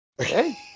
Hey